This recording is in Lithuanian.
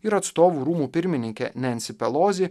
ir atstovų rūmų pirmininkė nensi pelozi